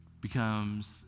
becomes